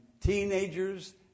teenagers